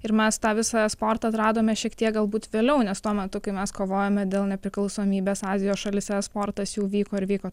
ir mes tą visą esportą atradome šiek tiek galbūt vėliau nes tuo metu kai mes kovojome dėl nepriklausomybės azijos šalyse esportas jau vyko ir vyko